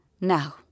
Now